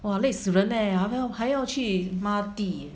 !wah! 累死人 leh 还要还要去抹地